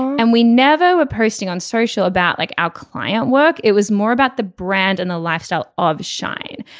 and we never were posting on social about like our client work. it was more about the brand and the lifestyle of shine.